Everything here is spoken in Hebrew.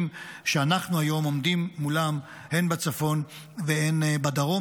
שאנחנו היום עומדים מולם הן בצפון והן בדרום.